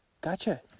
Gotcha